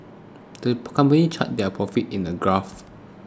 the company charted their profits in a graph